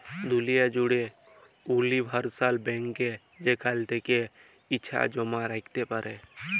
দুলিয়া জ্যুড়ে উলিভারসাল ব্যাংকে যেখাল থ্যাকে ইছা জমা রাইখতে পারো